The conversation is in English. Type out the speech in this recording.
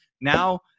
now